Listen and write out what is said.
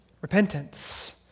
Repentance